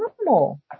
normal